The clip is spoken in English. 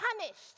punished